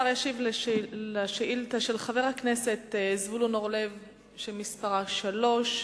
השר ישיב על שאילתא של חבר הכנסת זבולון אורלב שמספרה 3,